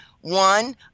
one